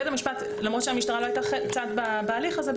למרות שהמשטרה לא הייתה צד בהליך הזה,